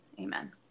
amen